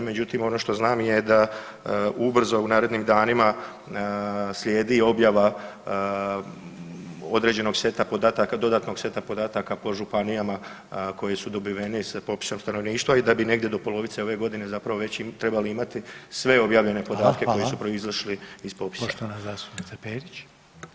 Međutim, ono što znam je da ubrzo u narednim danima slijedi objava određenog seta podataka, dodatnog seta podataka po županijama koje su dobiveni i sa popisom stanovništva i da bi negdje do polovice ove godine zapravo već trebali imati sve objavljene podatke [[Upadica Reiner: Hvala.]] koji su proizašli iz popisa.